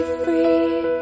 free